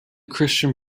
christian